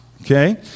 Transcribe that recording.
Okay